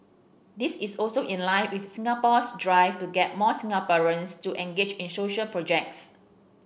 this is also in line with Singapore's drive to get more Singaporeans to engage in social projects